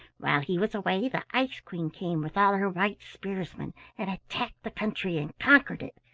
while he was away the ice-queen came with all her white spearsmen and attacked the country and conquered it.